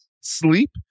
sleep